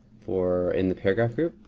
or in the paragraph group,